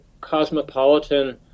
cosmopolitan